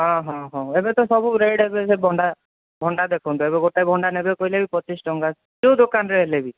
ହଁ ହଁ ହଁ ଏବେ ତ ସବୁ ରେଟ୍ ଏବେ ଭଣ୍ଡା ଭଣ୍ଡା ଦେଖନ୍ତୁ ଏବେ ଗୋଟେ ଭଣ୍ଡା ନେବେ କହିଲେ ବି ପଚିଶ ଟଙ୍କା ଯେଉଁ ଦୋକାନରେ ହେଲେ ବି